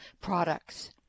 products